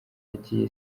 yagiye